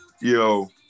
Yo